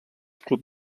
club